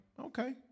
Okay